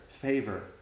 Favor